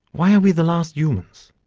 why are we the last humans?